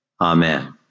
Amen